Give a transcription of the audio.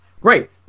Great